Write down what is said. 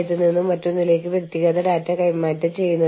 യൂണിയനുകളുടെ ആവശ്യങ്ങൾക്ക് അവർ വഴങ്ങേണ്ടതില്ല